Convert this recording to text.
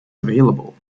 available